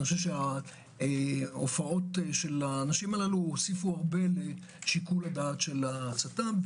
אני חושב שההופעות של האנשים הללו הוסיפו הרבה לשיקול הדעת של הצט"ם.